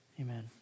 Amen